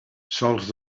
sols